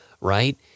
right